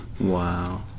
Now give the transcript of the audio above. Wow